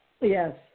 Yes